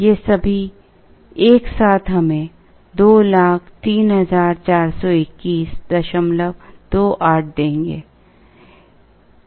ये सभी एक साथ हमें 20342128 देंगे